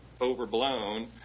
overblown